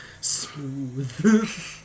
Smooth